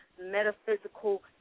metaphysical